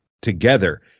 together